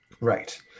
Right